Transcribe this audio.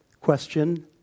question